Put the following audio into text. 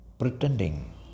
Pretending